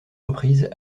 reprises